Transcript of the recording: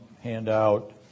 handout